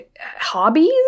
hobbies